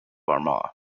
armagh